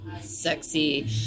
Sexy